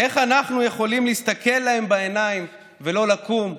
איך אנחנו יכולים להסתכל להם בעיניים ולא לקום ולשנות?